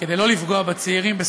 כדי לא לפגוע בצעירים,